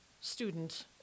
student